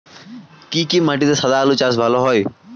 কি কি মাটিতে সাদা আলু চাষ ভালো হয়?